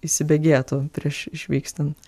įsibėgėtų prieš išvykstant